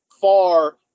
far